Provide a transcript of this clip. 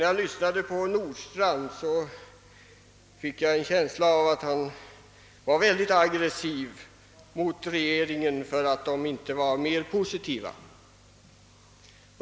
När jag lyssnade till herr Nordstrandhs anförande fick jag en känsla av att han var mycket aggressiv mot regeringen som inte varit tillräckligt positiv.